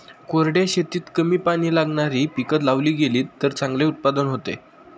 कोरड्या शेतीत कमी पाणी लागणारी पिकं लावली गेलीत तर चांगले उत्पादन होते